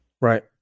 Right